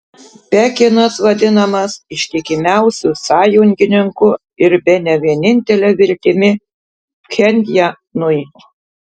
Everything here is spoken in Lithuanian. pekinas vadinamas ištikimiausiu sąjungininku ir bene vienintele viltimi pchenjanui